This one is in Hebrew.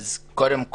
אז קודם כול,